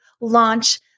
launch